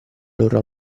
loro